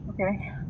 okay